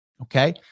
Okay